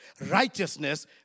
Righteousness